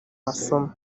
masomo